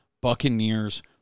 Buccaneers